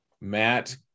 Matt